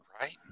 Right